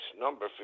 number